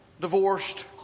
Divorced